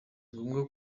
ngombwa